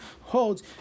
holds